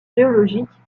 géologique